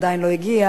עדיין לא הגיע,